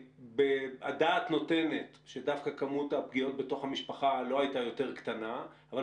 והדעת נותנת שדווקא כמות הפגיעות לא הייתה יותר קטנה אלא